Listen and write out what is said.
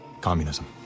communism